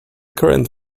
current